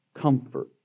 comfort